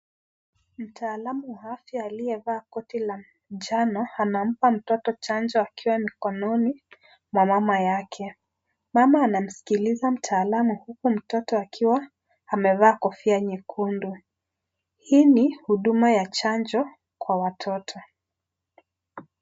Mtaalamu wa afya aliyevaa koti la jano anampa mtoto chanjo akiwa mikononi mwa mama yake, mama anamskiliza mtaalamu huku mtoto akiwa amevaa kofia nyekundu, hii ni huduma ya chanjo kwa watoto.